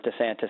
DeSantis